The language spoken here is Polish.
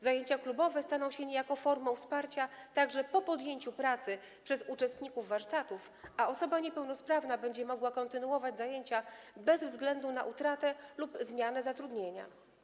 Zajęcia klubowe staną się niejako formą wsparcia także po podjęciu pracy przez uczestników warsztatów, a osoba niepełnosprawna będzie mogła kontynuować zajęcia bez względu na utratę lub zmianę zatrudnienia.